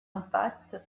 impact